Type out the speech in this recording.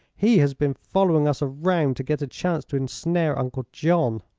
he has been following us around to get a chance to ensnare uncle john.